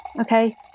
Okay